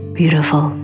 beautiful